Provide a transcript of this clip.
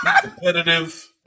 competitive